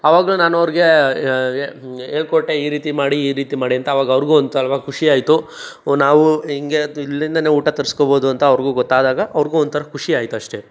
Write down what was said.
ಆವಾಗಲೂ ನಾನವ್ರಿಗೆ ಹೇಳ್ಕೊಟ್ಟೆ ಈ ರೀತಿ ಮಾಡಿ ಈ ರೀತಿ ಮಾಡಿ ಅಂತ ಆವಾಗ ಅವ್ರಿಗೂ ಒಂಥರ ಖುಷಿಯಾಯಿತು ಓಹ್ ನಾವು ಹಿಂಗೆ ಇಲ್ಲಿಂದಲೇ ಊಟ ತರ್ಸ್ಕೋಬೋದು ಅಂತ ಅವ್ರಿಗೂ ಗೊತ್ತಾದಾಗ ಅವ್ರಿಗೂ ಒಂಥರ ಖುಷಿಯಾಯ್ತಷ್ಟೇ